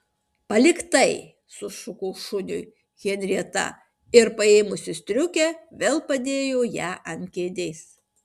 palik tai sušuko šuniui henrieta ir paėmusi striukę vėl padėjo ją ant kėdės